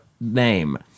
name